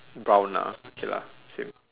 brown ah okay lah same